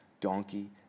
donkey